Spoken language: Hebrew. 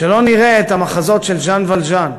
שלא נראה את המחזות של ז'אן ולז'אן,